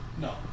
No